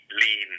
lean